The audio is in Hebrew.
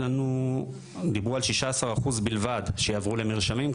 דיברו על 16% בלבד שיעברו על מרשמים,